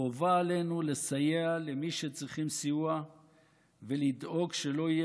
חובה עלינו לסייע למי שצריכים סיוע ולדאוג שלא יהיה